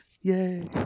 yay